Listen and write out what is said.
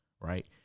right